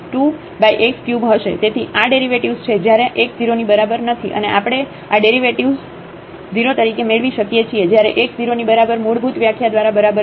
તેથી આડેરિવેટિવ્ઝ છે જ્યારે x 0 ની બરાબર નથી અને આપણે આડેરિવેટિવ્ઝ 0 તરીકે મેળવી શકીએ છીએ જ્યારે x 0 ની બરાબર મૂળભૂત વ્યાખ્યા દ્વારા બરાબર છે